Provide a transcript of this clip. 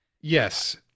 Yes